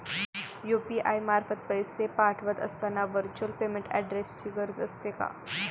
UPI मार्फत पैसे पाठवत असताना व्हर्च्युअल पेमेंट ऍड्रेसची गरज असते का?